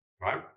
right